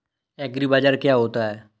एग्रीबाजार क्या होता है?